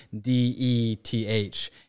D-E-T-H